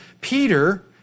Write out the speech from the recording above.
Peter